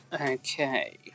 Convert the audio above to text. okay